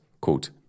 Quote